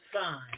Sign